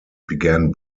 began